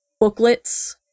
booklets